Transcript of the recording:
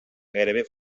gairebé